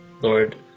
Lord